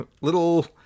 little